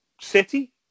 city